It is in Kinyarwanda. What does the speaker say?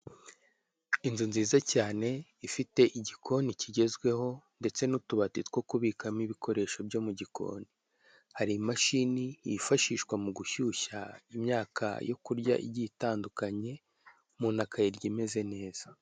Inzu nziza cyane ifite igikoni kigezweho ndetse n'utubati two kubikamo ibikoresho byo mu gikoni. Hari imashini yifshishwa mu gushyushya imyaka yo kurya igiye itandukanye, umuntu akayirya imeze neza.